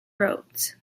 roads